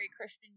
Christian